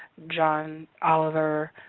john oliver.